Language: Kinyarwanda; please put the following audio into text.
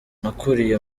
nakuriye